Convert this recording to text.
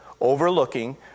overlooking